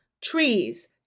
Trees